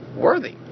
worthy